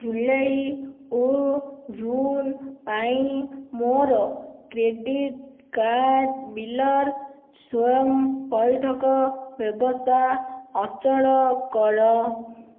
ଜୁଲାଇ ଓ ଜୁନ୍ ପାଇଁ ମୋର କ୍ରେଡିଟ୍ କାର୍ଡ଼୍ ବିଲ୍ର ସ୍ଵୟଂ ପଇଠ ବ୍ୟବସ୍ଥା ଅଚଳ କର